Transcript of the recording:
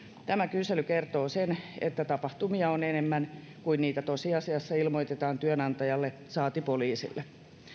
tämä kysely kertoo sen että tapahtumia on enemmän kuin niitä tosiasiassa ilmoitetaan työnantajalle saati poliisille